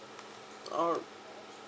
oh